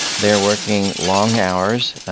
they're working long hours,